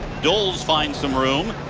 doles finds some room.